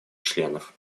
членов